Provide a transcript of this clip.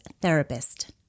therapist